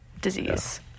disease